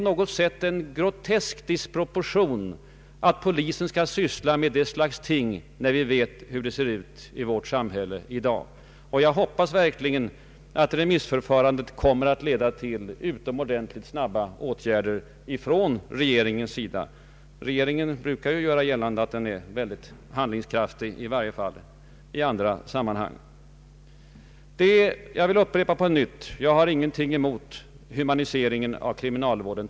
Det är en grotesk disproportion att polisen skall syssla med ärenden av detta slag när vi vet hur det ser ut i vårt samhälle i dag. Jag hoppas verkligen att remissförfarandet kommer att leda till snabba åtgärder från regeringen. Den brukar ju göra gällande att den är handlingskraftig, i varje fall i andra sammanhang. Jag vill också upprepa att jag inte har någonting emot humanisering av kriminalvården.